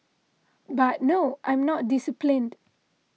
but no I'm not disciplined